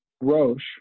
Roche